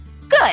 Good